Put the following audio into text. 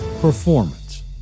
Performance